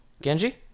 genji